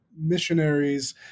missionaries